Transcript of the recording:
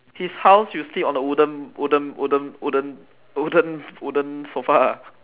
his house you sleep on the wooden wooden wooden wooden wooden wooden sofa lah